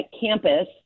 campus